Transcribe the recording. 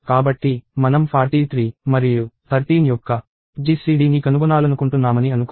కాబట్టి మనం 43 మరియు 13 యొక్క GCDని కనుగొనాలనుకుంటున్నామని అనుకుందాం